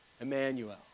Emmanuel